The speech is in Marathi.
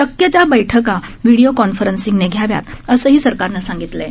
शक्य त्या बैठका व्हीडिओ कॉन्फरन्सिंगने घ्याव्या असेही सरकारने सांगितले आहे